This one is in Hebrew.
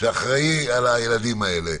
שאחראי על הילדים האלה,